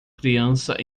criança